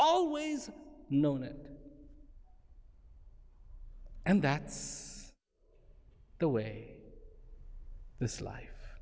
always known it and that's the way this life